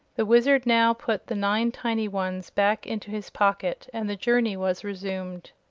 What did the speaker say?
the wizard now put the nine tiny ones back into his pocket and the journey was resumed.